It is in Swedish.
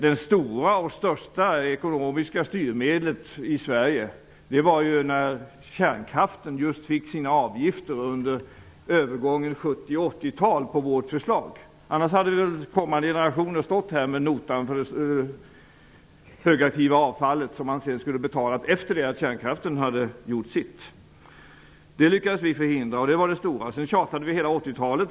Det största ekonomiska styrmedlet i Sverige har varit avgiftsbeläggningen av kärnkraften under övergången mellan 70-talet och 80-talet -- och det var på vårt förslag. Annars hade kommande generationer stått här med notan som skulle betalas för att bli av med det högaktiva avfallet efter det att kärnkraften hade gjort sitt. Det lyckades vi förhindra. Sedan tjatade vi hela 80-talet.